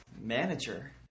Manager